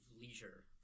leisure